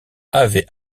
avait